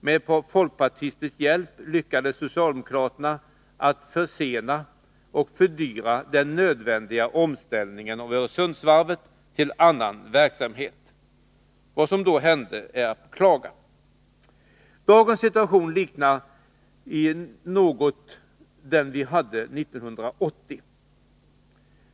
Med ett par folkpartisters hjälp lyckades socialdemokraterna försena och fördyra den nödvändiga omställningen av Öresundsvarvet till annan verksamhet. Vad som då hände är att beklaga. Dagens situation liknar något den vi hade 1980.